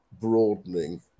broadening